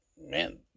man